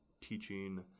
teaching